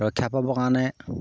ৰক্ষা পাবৰ কাৰণে